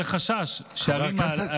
עולה חשש שהערים האלו יהפכו ללא רלוונטיות,